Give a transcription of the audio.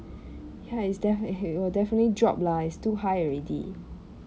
ya it's def~ will definitely drop lah it's too high already